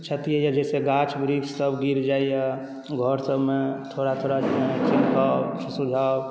क्षति होइए जाहिसँ गाछ वृक्षसभ गिर जाइए घरसभमे थोड़ा थोड़ा